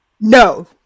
No